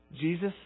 Jesus